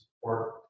support